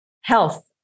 health